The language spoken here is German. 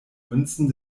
münzen